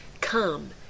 Come